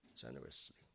generously